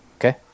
okay